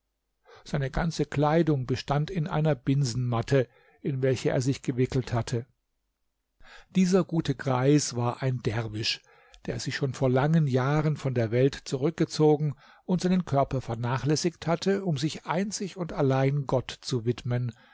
seine ganze kleidung bestand in einer binsenmatte in welche er sich gewickelt hatte dieser gute greis war ein derwisch der sich schon vor langen jahren von der welt zurückgezogen und seinen körper vernachlässigt hatte um sich einzig und allein gott zu widmen